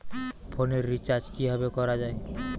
ফোনের রিচার্জ কিভাবে করা যায়?